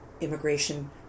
immigration